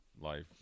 life